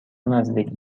نزدیک